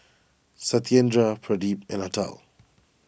Satyendra Pradip and Atal